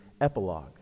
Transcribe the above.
epilogue